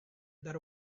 that